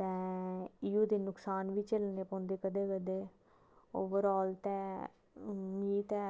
ते इयो जेह नुक्सान बी झल्लने पौंदे कदें कदें ओवरआल ते मी ते